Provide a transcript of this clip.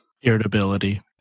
Irritability